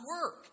work